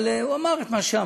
אבל הוא אמר את מה שאמר.